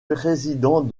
président